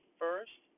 first